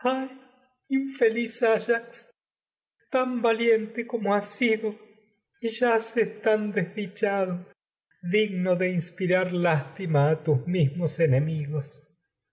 infeliz ayax tan valiente como has sido a y yaces tan mismos desdichado digno de inspirar lás tima tus enemigos